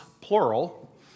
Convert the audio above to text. plural